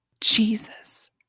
Jesus